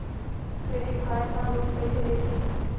Credit card मा loan कइसे लेथे?